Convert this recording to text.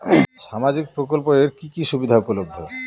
সামাজিক প্রকল্প এর কি কি সুবিধা উপলব্ধ?